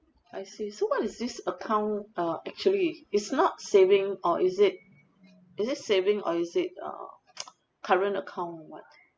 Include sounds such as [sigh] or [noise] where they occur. I see so what is this account uh actually it's not saving or is it is it saving or is it uh [noise] current account or what